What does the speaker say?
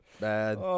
bad